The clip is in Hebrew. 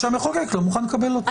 שהמחוקק לא מוכן לקבל אותו.